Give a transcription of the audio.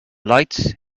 lights